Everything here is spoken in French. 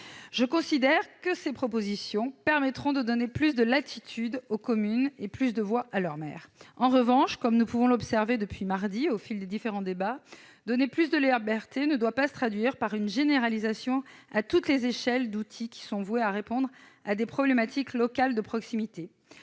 Je considère que ces propositions permettront de donner plus de latitude aux communes et plus de voix à leur maire. En revanche, comme nous pouvons l'observer depuis mardi au fil des différents débats, donner plus de liberté ne doit pas se traduire par une généralisation à toutes les échelles d'outils qui sont voués à répondre à des problématiques locales de proximité.